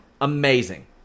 Amazing